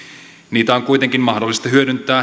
niitä on kuitenkin mahdollista hyödyntää